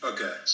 Okay